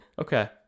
Okay